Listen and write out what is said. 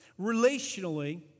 relationally